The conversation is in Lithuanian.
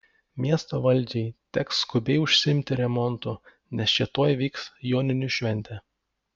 miesto valdžiai teks skubiai užsiimti remontu nes čia tuoj vyks joninių šventė